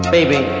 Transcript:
Baby